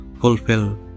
fulfill